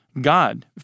God